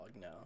now